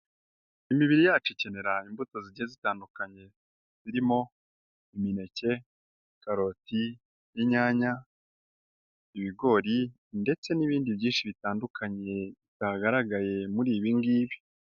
Imibiri yacu ikenera imbuto zigiye zitandukanye zirimo imineke, karoti, inyanya, ibigori ndetse n'ibindi byinshi bitandukanye bitagaragaye muri ibi ngibi.